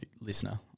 listener